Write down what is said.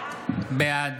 בעד